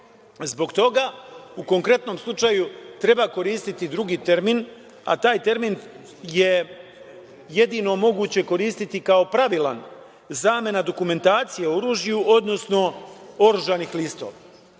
Zbog toga u konkretnom slučaju treba koristiti drugi termin, a taj termin je jedino moguće koristiti kao pravilan - zamena dokumentacije oružju, odnosno oružanih listova,